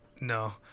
No